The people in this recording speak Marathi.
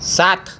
सात